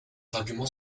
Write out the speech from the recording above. arguments